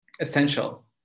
essential